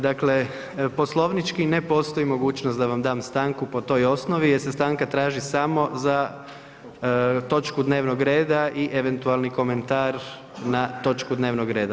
Dakle, poslovnički ne postoji mogućnost da vam dam stanku po toj osnovi jer se stanka traži samo za točku dnevnog reda i eventualni komentar na točku dnevnog reda.